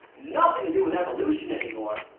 nothing to do with evolution anymore.